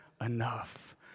enough